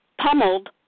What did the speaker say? pummeled